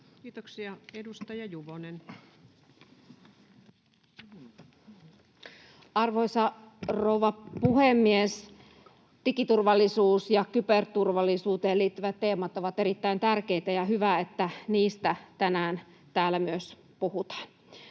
laeiksi Time: 14:19 Content: Arvoisa rouva puhemies! Digiturvallisuuteen ja kyberturvallisuuteen liittyvät teemat ovat erittäin tärkeitä, ja on hyvä, että niistä tänään täällä myös puhutaan.